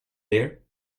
there